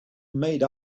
made